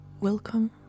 welcome